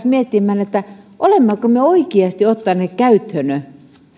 ja alkaisi miettiä olemmeko me oikeasti ottaneet käyttöön sen